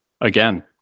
Again